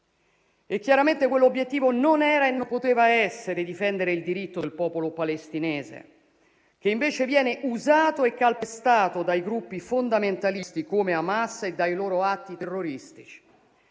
Chiaramente quell'obiettivo non era e non poteva essere difendere il diritto del popolo palestinese, che invece viene usato e calpestato dai gruppi fondamentalisti come Hamas e dai loro atti terroristici,